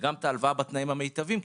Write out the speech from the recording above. וגם את ההלוואה בתנאים המיטביים,